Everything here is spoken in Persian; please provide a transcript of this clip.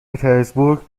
پترزبورگ